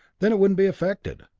then it wouldn't be affected.